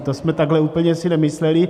To jsme takhle úplně si nemysleli.